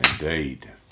Indeed